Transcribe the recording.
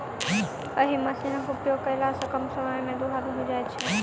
एहि मशीनक उपयोग कयला सॅ कम समय मे दूध दूहा जाइत छै